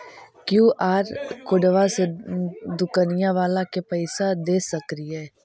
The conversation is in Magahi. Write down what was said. कियु.आर कोडबा से दुकनिया बाला के पैसा दे सक्रिय?